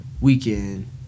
weekend